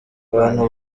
abantu